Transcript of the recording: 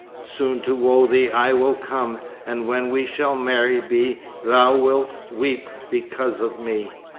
soon to woo thee i will come, and when we shall married be thou wilt weep because of me!